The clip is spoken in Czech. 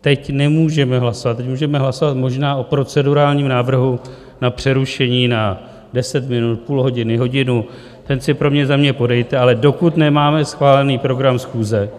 Teď nemůžeme hlasovat, teď můžeme hlasovat možná o procedurálním návrhu na přerušení na deset minut, půl hodiny, hodinu, ten si pro mě za mě podejte, ale dokud nemáme schválený program schůze,